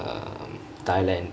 um thailand